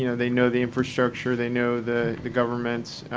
you know they know the infrastructure. they know the the governments.